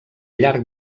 llarg